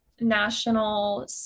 national